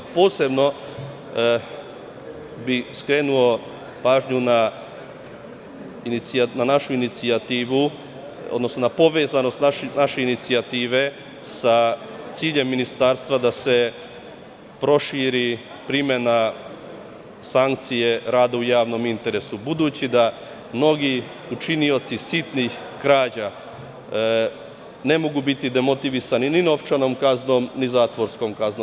Posebno bih skrenuo pažnju na povezanost naše inicijative sa ciljem ministarstva da se proširi primena sankcija rada u javnom interesu, budući da mnogi učinioci sitnih krađa ne mogu biti demotivisani ni novčanom kaznom, ni zatvorskom kaznom.